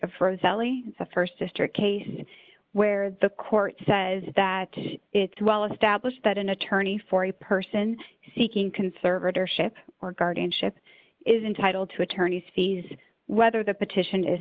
revelli the st district case where the court says that it's well established that an attorney for a person seeking conservatorship or guardianship is entitled to attorney's fees whether the petition